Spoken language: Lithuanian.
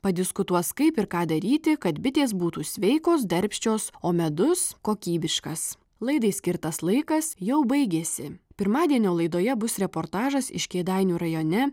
padiskutuos kaip ir ką daryti kad bitės būtų sveikos darbščios o medus kokybiškas laidai skirtas laikas jau baigėsi pirmadienio laidoje bus reportažas iš kėdainių rajone